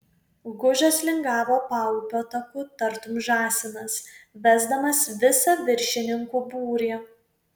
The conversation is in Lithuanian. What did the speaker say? gužas lingavo paupio taku tartum žąsinas vesdamas visą viršininkų būrį